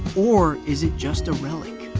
or is it just a relic?